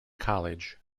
college